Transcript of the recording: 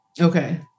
Okay